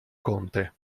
conte